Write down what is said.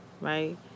right